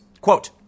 quote